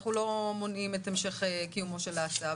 אנחנו לא מונעים את המשך קיומו של הצו,